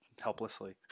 helplessly